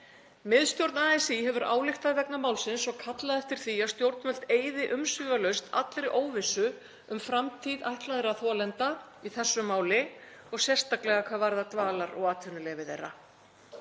Miðstjórn ASÍ hefur ályktað vegna málsins og kallað eftir því að stjórnvöld eyði umsvifalaust allri óvissu um framtíð ætlaðra þolenda í þessu máli og sérstaklega hvað varðar dvalar- og atvinnuleyfi þeirra.